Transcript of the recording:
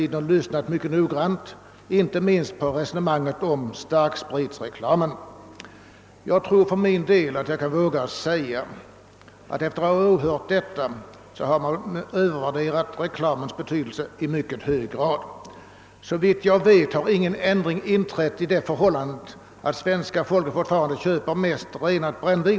Jag har lyssnat mycket noggrant hela tiden, inte minst på resonemanget om starkspritreklamen, och jag tror jag vågar säga att reklamens betydelse på det området är mycket starkt övervärderad. Såvitt jag vet köper svenska folket fortfarande mest renat brännvin.